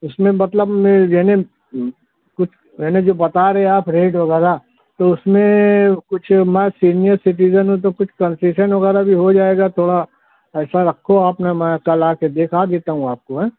اس میں مطلب کچھ یعنی جو بتا رہے آپ ریٹ وغیرہ تو اس میں کچھ میں سینئر سٹیزن ہوں تو کچھ کنسیشن وغیرہ بھی ہو جائے گا تھوڑا ایسا رکھو آپ نا میں کل آ کے دکھا دیتا ہوں آپ کو ہیں